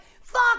fuck